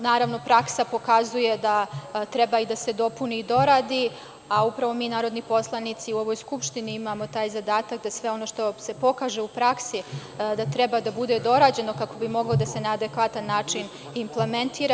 Naravno, praksa pokazuje da treba da se dopuni i doradi, a upravo mi narodni poslanici u ovoj Skupštini imamo taj zadatak da sve ono što se pokaže u praksi da treba da bude dorađeno, kako bi moglo da se na adekvatan način implementira.